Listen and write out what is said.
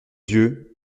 yeux